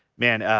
man